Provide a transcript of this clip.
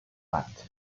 bat